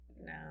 no